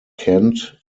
kent